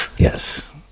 Yes